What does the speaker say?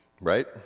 right